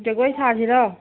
ꯖꯒꯣꯏ ꯁꯥꯁꯤꯔꯣ